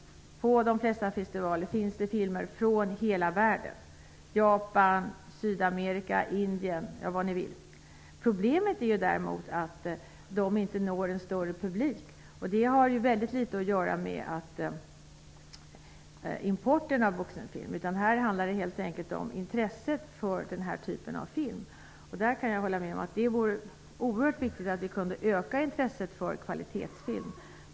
På de flesta festivaler finns det faktiskt filmer från hela världen, Japan, Sydamerika, Indien osv. Problemet är däremot att dessa filmer inte når en större publik, och det har väldigt litet att göra med importen av vuxenfilm. Det handlar helt enkelt om intresset för den här typen av film. Det vore oerhört bra om intresset för kvalitetsfilm kunde ökas.